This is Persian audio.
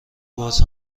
باز